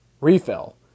Refill